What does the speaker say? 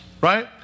right